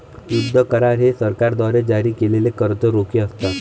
युद्ध करार हे सरकारद्वारे जारी केलेले कर्ज रोखे असतात